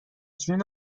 جون